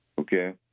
okay